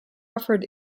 offered